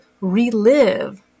relive